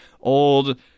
old